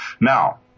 Now